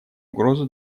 угрозу